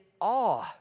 awe